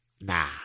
nah